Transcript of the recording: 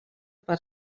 per